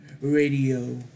Radio